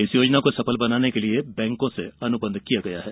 इस योजना को सफल बनाने के लिए बैंकों से अनुबंध किया गया है